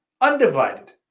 Undivided